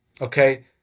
okay